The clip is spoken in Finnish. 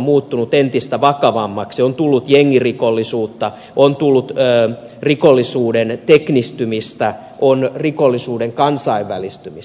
muuttunut entistä vakavammaksi on tullut jengirikollisuutta on tullut rikollisuuden teknistymistä on rikollisuuden kansainvälistymistä